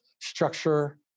structure